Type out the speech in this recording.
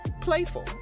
playful